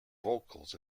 vocals